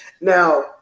Now